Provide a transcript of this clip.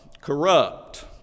corrupt